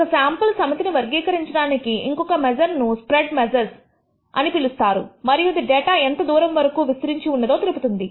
ఒక శాంపుల్ సమితిని వర్గీకరించడానికి ఇంకొక మెజర్ ను స్ప్రెడ్ మెజర్స్ అని పిలుస్తారు మరియు ఇది డేటా ఎంత దూరము వరకు వరకు విస్తరించి ఉన్నదో తెలుపుతుంది